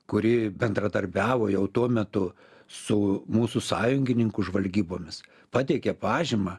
kuri bendradarbiavo jau tuo metu su mūsų sąjungininkų žvalgybomis pateikė pažymą